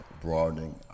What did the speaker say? broadening